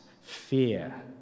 fear